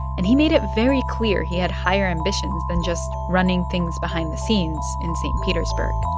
and he made it very clear he had higher ambitions than just running things behind the scenes in st. petersburg